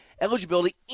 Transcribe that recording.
Eligibility